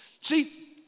See